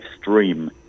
stream